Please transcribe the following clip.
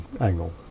angle